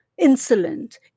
insolent